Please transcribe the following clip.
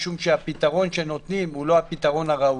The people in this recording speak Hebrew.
משום שהפתרון שנותנים הוא לא הפתרון הראוי.